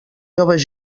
joves